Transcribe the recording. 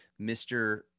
mr